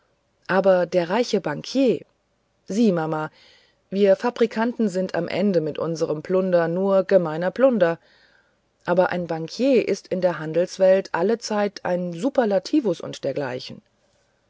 aber der reiche bankier sieh mama wir fabrikanten sind am ende mit unserem plunder nur gemeiner plunder aber ein bankier ist in der handelswelt allezeit ein superlativus und dergleichen